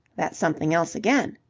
that's something else again.